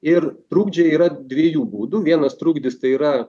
ir trukdžiai yra dviejų būdų vienas trukdis tai yra